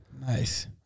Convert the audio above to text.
Nice